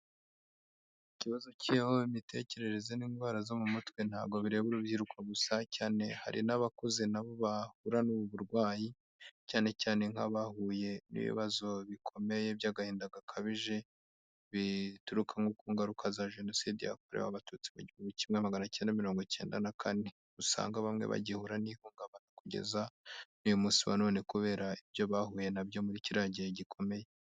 Ikibazo kiriho, imitekerereze n'indwara zo mu mutwe ntabwo bireba urubyiruko gusa cyane, hari n'abakuze nabo bahura n'ubu burwayi cyane cyane nk'abahuye n'ibibazo bikomeye by'agahinda gakabije bituruka ku ngaruka za Jenoside yakorewe abatutsi mu igihumbi kimwe magana acyenda mirongo icyenda na kane. Usanga bamwe bagihura n'ihungabana kugeza n'uyu munsi wa none kubera ibyo bahuye na byo muri kiriya gihe gikomeye.